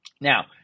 Now